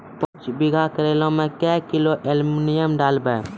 पाँच बीघा करेला मे क्या किलोग्राम एलमुनियम डालें?